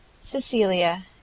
Cecilia